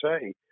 say